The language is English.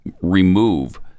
remove